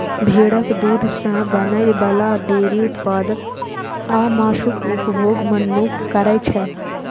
भेड़क दूध सं बनै बला डेयरी उत्पाद आ मासुक उपभोग मनुक्ख करै छै